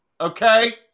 okay